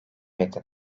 edin